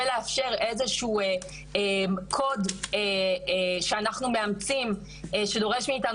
ובעצם לאפשר איזה שהוא קוד שאנחנו מאמצים ושדורש מאיתנו